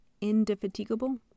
Indefatigable